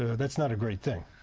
that's not a great thing.